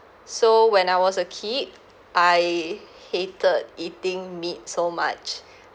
so when I was a kid I hated eating meat so much